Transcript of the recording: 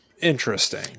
Interesting